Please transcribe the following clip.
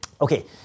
Okay